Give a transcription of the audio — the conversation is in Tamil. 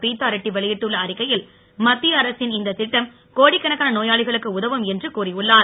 பிரீத்தா ரெட்டி வெளியிட்டுள்ள அறிக்கையில் மத்திய அரசின் இந்த தட்டம் கோடிக்கணக்கான நோயாளிகளுக்கு உதவும் என்று கூறியுள்ளார்